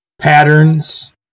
patterns